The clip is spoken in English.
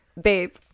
babe